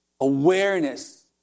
awareness